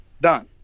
Done